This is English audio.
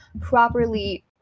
properly